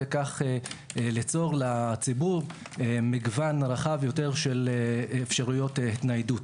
וכך ליצור לציבור מגוון רחב יותר של אפשרויות התניידות